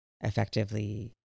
effectively